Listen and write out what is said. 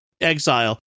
exile